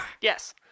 Yes